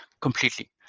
completely